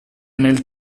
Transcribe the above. nel